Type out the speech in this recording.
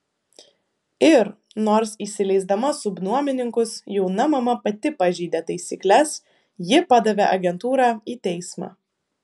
ir nors įsileisdama subnuomininkus jauna mama pati pažeidė taisykles ji padavė agentūrą į teismą